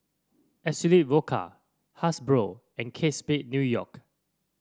Absolut Vodka Hasbro and Kate Spade New York